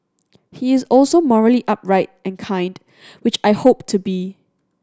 he is also morally upright and kind which I hope to be